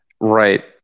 Right